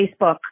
Facebook